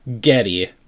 getty